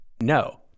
No